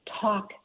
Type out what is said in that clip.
talk